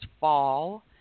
fall